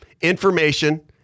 information